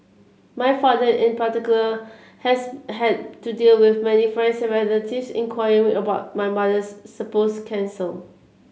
my father in particular has had to deal with many friends and relatives inquiring about my mother's supposed cancer